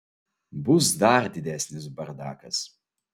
bus dar didesnis bardakas